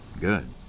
good